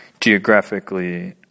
geographically